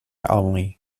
only